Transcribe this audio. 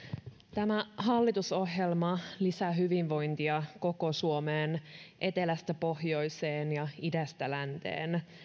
tämä hallitusohjelma lisää hyvinvointia koko suomeen etelästä pohjoiseen ja idästä lähteen